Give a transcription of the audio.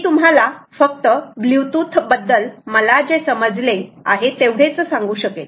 मी तुम्हाला फक्त ब्लूटुथ बद्दल मला जे समजले आहे तेवढेच सांगू शकेल